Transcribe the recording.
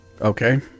Okay